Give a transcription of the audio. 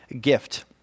gift